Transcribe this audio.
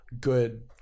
good